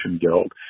Guild